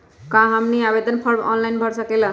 क्या हमनी आवेदन फॉर्म ऑनलाइन भर सकेला?